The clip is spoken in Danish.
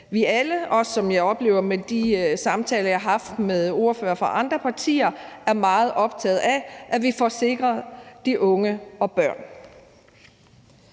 – det er også sådan, jeg oplever det med de samtaler, jeg har haft med ordførere fra andre partier – er meget optaget af, altså at vi får sikret de unge og børn.